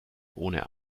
ohne